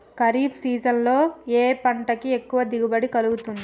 Kharif season లో ఏ పంట కి ఎక్కువ దిగుమతి కలుగుతుంది?